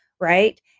right